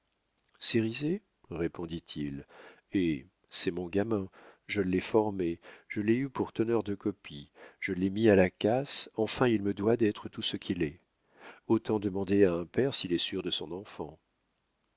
cérizet cérizet répondit-il eh c'est mon gamin je l'ai formé je l'ai eu pour teneur de copie je l'ai mis à la casse enfin il me doit d'être tout ce qu'il est autant demander à un père s'il est sûr de son enfant